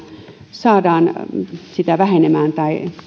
saadaan vähenemään tai